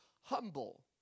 humble